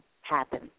happen